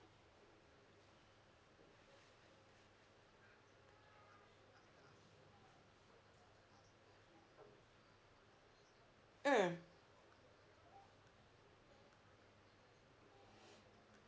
mm